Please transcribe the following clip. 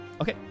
Okay